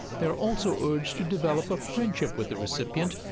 they are also urged to develop a friendship with the recipient.